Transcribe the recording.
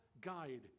guide